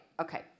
Okay